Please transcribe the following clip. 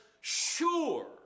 sure